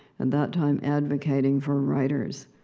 and that time, advocating for writers.